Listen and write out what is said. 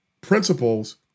principles